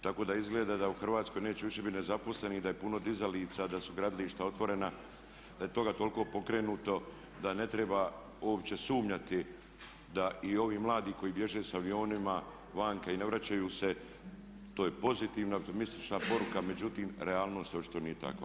Tako da izgleda da u Hrvatskoj neće više biti nezaposlenih i da je puno dizalica, da su gradilišta otvorena, da je toga toliko pokrenuto da ne treba uopće sumnjati da i ovi mladi koji bježe sa avionima vanka i ne vraćaju se, to je pozitivna optimistična poruka, međutim realnost očito nije takva.